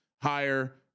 higher